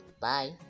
Bye